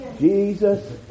Jesus